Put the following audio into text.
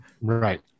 right